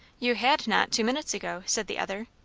you had not, two minutes ago, said the other.